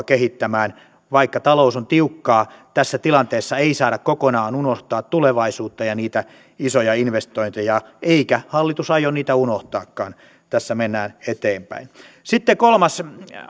kehittämään vaikka talous on tiukkaa tässä tilanteessa ei saada kokonaan unohtaa tulevaisuutta ja niitä isoja investointeja eikä hallitus aio niitä unohtaakaan tässä mennään eteenpäin sitten kolmas